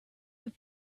have